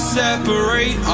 separate